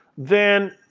then